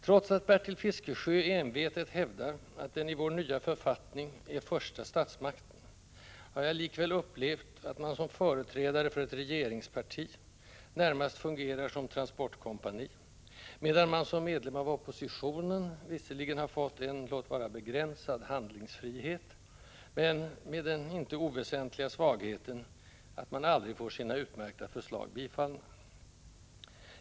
Trots att Bertil Fiskesjö envetet hävdar att riksdagen i vår nya författning är första statsmakten, har jag likväl upplevt att man som företrädare för ett regeringsparti närmast fungerar som transportkompani, medan man som medlem av oppositionen visserligen har fått en — låt vara begränsad — handlingsfrihet, men med den icke oväsentliga svagheten att man aldrig får sina utmärkta förslag bifallna.